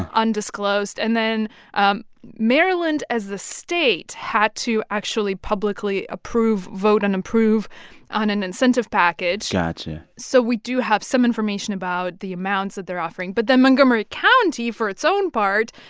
ah undisclosed. and then um maryland, as the state, had to actually publicly approve vote and approve on an incentive package gotcha so we do have some information about the amounts that they're offering. but then montgomery county, for its own part,